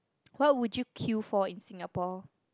what would you queue for in Singapore